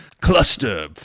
cluster